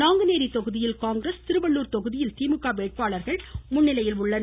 நாங்குநேரி தொகுதியில் காங்கிரஸ் திருவள்ளுர் தொகுதியில் திமுக வேட்பாளர்கள் முன்னிலையில் உள்ளனர்